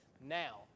now